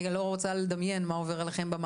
אני לא רוצה לדמיין מה עובר עליכם שם